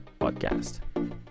podcast